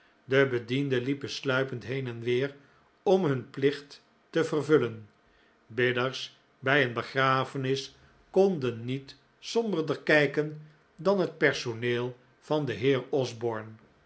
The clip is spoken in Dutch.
de bedienden liepen sluipend heen en weer om hun plicht te vervullen bidders bij een begrafenis konden niet somberder kijken dan het personeel van den heer osborne